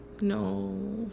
No